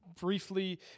briefly